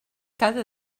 cada